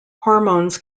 hormones